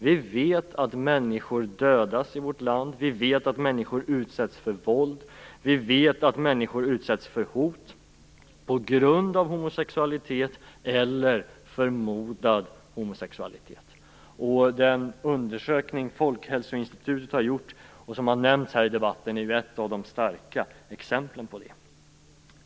Vi vet att människor dödas i vårt land. Vi vet att människor utsätts för våld. Vi vet att människor utsätts för hot på grund av homosexualitet eller förmodad homosexualitet. Den undersökning Folkhälsoinstitutet har gjort som har nämnts här i debatten är ett av de starka exemplen på det.